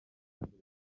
vanessa